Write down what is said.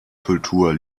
kultur